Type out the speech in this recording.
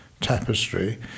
Tapestry